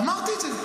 אמרתי את זה,